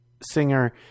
singer